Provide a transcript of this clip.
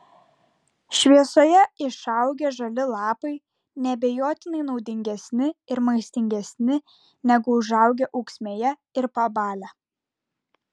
šviesoje išaugę žali lapai neabejotinai naudingesni ir maistingesni negu užaugę ūksmėje ir pabalę